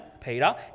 Peter